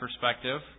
perspective